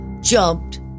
jumped